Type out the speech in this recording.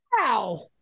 wow